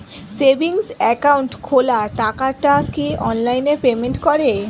Savings account খোলা টাকাটা কি অনলাইনে পেমেন্ট করে?